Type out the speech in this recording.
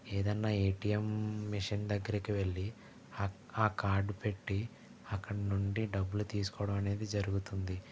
ఏదైనా ATM machine దగ్గరకి వెళ్లి ఆ కార్డు పెట్టి అక్కడ నుండి డబ్బులు తీసుకోవడం అనేది జరుగుతుంది